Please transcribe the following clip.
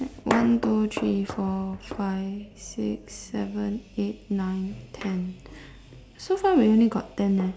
one two three four five six seven eight nine ten so far we only got ten leh